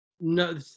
no